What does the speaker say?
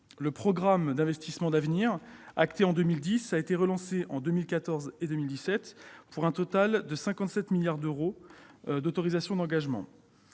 Le programme d'investissements d'avenir, acté en 2010, a été relancé en 2014, puis en 2017, pour un total de 57 milliards d'euros en autorisations d'engagement.